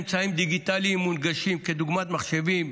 אמצעים דיגיטליים מונגשים כדוגמת מחשבים,